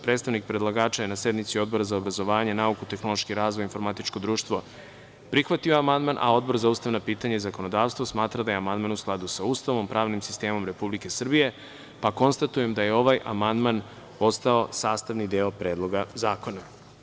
Predstavnik predlagača je na sednici Odbora za obrazovanje, nauku, tehnološki razvoj i informatičko društvo prihvatio amandman, a Odbor za ustavna pitanja i zakonodavstvo smatra da je amandman u skladu sa Ustavom i pravnim sistemom Republike Srbije, pa konstatujem da je ovaj amandman postao sastavni deo Predloga zakona.